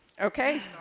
Okay